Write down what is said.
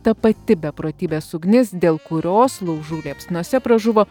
ta pati beprotybės ugnis dėl kurios laužų liepsnose pražuvo